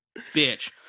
bitch